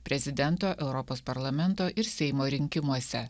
prezidento europos parlamento ir seimo rinkimuose